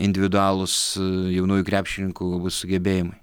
individualūs jaunųjų krepšininkų sugebėjimai